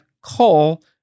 call